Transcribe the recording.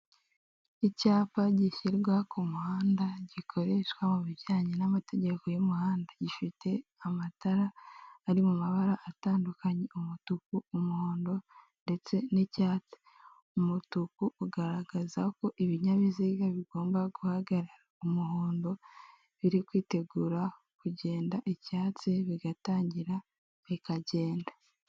Icyapa gishyirwa ku muhanda gikoreshwa mu bijyanye n'amategeko y'umuhanzi gifite amatara ari mu mabara atandukanye umutuku, umuhondo ndetse n'icyatsi, umutuku ugaragaza ko ibinyabiziga bigomba guhagarara, umuhondo biri kwitegura kugenda ibyatsi bigatangira bikagenda.